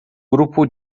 grupo